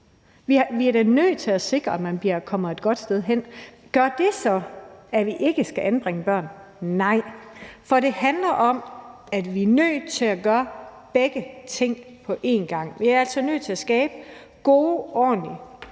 Vi er da nødt til at sikre, at man kommer et godt sted hen. Gør det så, at vi ikke skal anbringe børn? Nej. For det handler om, at vi er nødt til at gøre begge ting på en gang. Vi er altså nødt til at skabe gode, ordentlige